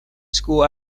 school